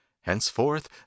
henceforth